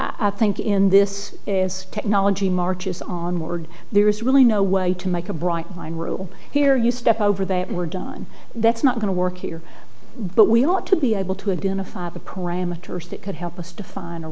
i think in this technology marches on mortgage there is really no way to make a bright line rule here you step over there we're done that's not going to work here but we ought to be able to identify the parameters that could help us define a